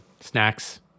snacks